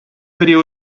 video